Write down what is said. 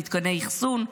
במתקני אחסון,